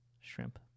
Shrimp